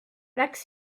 läks